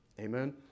Amen